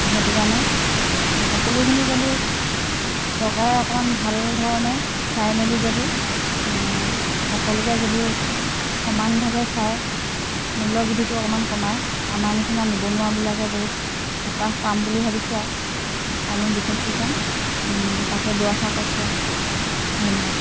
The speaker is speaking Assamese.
সেইটো কাৰণে সকলোখিনি যদি চৰকাৰে অকণমান ভাল ধৰণে চাই মেলি যদি সকলোকে যদি সমানভাৱে চায় মূল্যবৃদ্ধিটো অকণমান কমায় আমাৰ নিচিনা নিবনুৱাবিলাকে বহুত সকাহ পাম বুলি ভাবিছোঁ আৰু আৰুনো বিশেষ কি ক'ম তাকে দুআষাৰ কৈছোঁ আৰু ধন্যবাদ